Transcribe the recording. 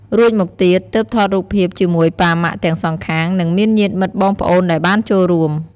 រួចមកទៀត ទើបថតរូបភាពជាមួយប៉ាម៉ាក់ទាំងសងខាង និងមានញាតិមិត្តបងប្អូនដែលបានចូលរួម។